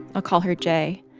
i'll call her j.